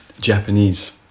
Japanese